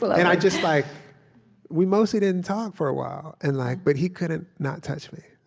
i just like we mostly didn't talk, for a while, and like but he couldn't not touch me.